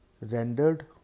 rendered